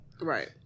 Right